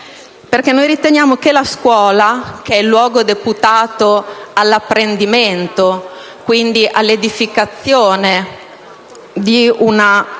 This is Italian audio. scuole. Noi riteniamo infatti che la scuola, che è il luogo deputato all'apprendimento, quindi all'edificazione di una coscienza